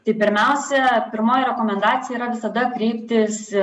tai pirmiausia pirmoji rekomendacija yra visada kreiptis